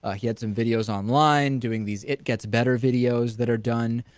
ah he had some videos online doing these it gets better videos that are done,